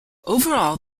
overall